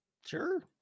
sure